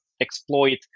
exploit